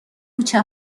کوچه